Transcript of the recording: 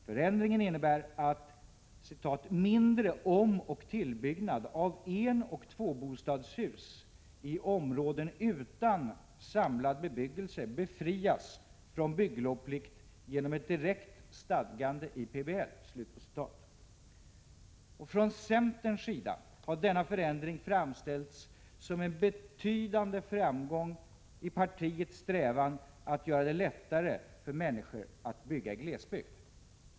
Förändringen innebär att ”mindre omoch tillbyggnad av enoch tvåbostadshus i områden utan samlad bebyggelse befrias från bygglovsplikt genom ett direkt stadgande i PBL”. Från centerns sida har denna förändring framställts som en betydande framgång i partiets strävan att göra det lättare för människor att bygga i glesbygd.